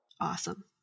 Awesome